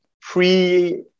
pre